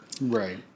Right